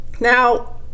Now